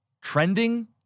trending